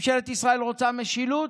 ממשלת ישראל רוצה משילות,